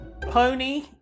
Pony